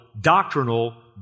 doctrinal